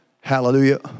Hallelujah